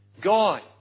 God